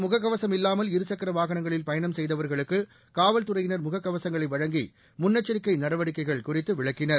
முகக்கவசம் இல்லாமல் இருசக்கர வாகனங்களில் பயணம் செய்தவர்களுக்கு இதில் காவல்துறையினர் முகக்கவசங்களை வழங்கி முன்னெச்சரிக்கை நடவடிக்கைகள் குறித்து விளக்கினர்